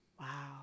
Wow